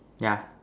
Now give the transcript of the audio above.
yeah